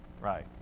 right